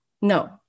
No